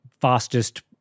fastest